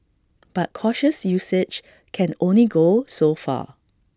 but cautious usage can only go so far